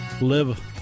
live